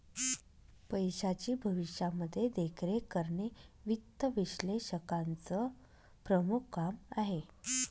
पैशाची भविष्यामध्ये देखरेख करणे वित्त विश्लेषकाचं प्रमुख काम आहे